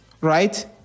right